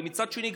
ומצד שני,